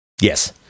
yes